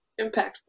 impactful